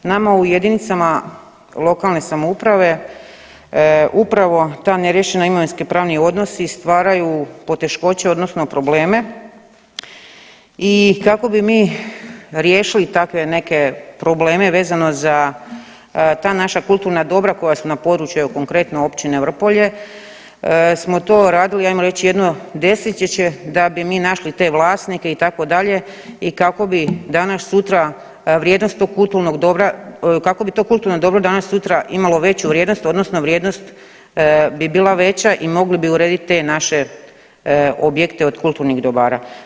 Nama u jedinicama lokalne samouprave upravo ta neriješena imovinsko-pravni odnosi stvaraju poteškoće odnosno probleme i kako bi mi riješili takve neke probleme vezano za ta naša kulturna dobra koja su na području evo konkretno općine Vrpolje, smo to radili ajmo reći jedno desetljeće da bi mi naši te vlasnike itd., i kako bi danas sutra vrijednost tog kulturnog dobra, kako bi to kulturno dobro danas sutra imalo veću vrijednost odnosno vrijednost bi bila veća i mogli bi urediti te naše objekte od kulturnih dobara.